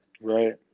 Right